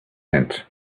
tent